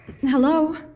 Hello